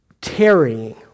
tarrying